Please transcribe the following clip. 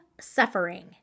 suffering